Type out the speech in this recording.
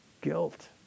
guilt